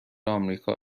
آمریکا